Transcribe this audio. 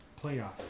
playoff